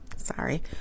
Sorry